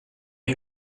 این